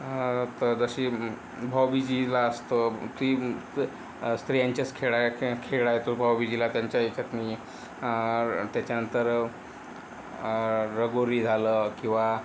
तर जशी भाऊबीजेला असतं ती तं स्त्रियांच्याच खेळा ख खेळ आहे तो भाऊबीजेला त्यांच्या ह्याच्यातनं त्याच्यानंतर रघोरी झालं किंवा